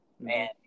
Man